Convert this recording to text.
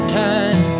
time